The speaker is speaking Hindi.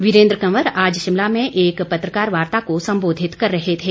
वीरेन्द्र कंवर आज शिमला में एक पत्रकार वार्ता को सम्बोधित कर रहे थे